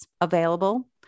available